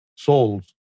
Souls